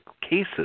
Cases